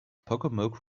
pocomoke